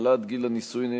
העלאת גיל הנישואין),